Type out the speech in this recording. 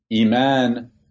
iman